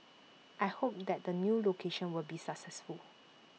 I hope that the new location will be successful